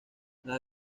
las